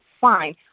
fine